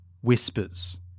whispers